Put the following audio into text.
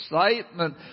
excitement